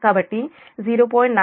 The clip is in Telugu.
కాబట్టి 0